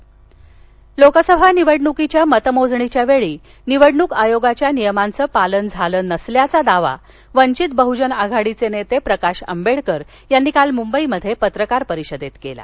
मुंबई लोकसभा निवडणुकीच्या मतमोजणीवेळी निवडणुक आयोगाच्या नियमांच पालन झाल नसल्याचा दावा वंचित बहुजन आघाडीचे नेते प्रकाश आंबेडकर यांनी काल मुंबईत पत्रकार परिषदेत केला